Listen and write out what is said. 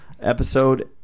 episode